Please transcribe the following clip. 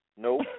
Nope